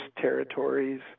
territories